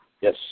Yes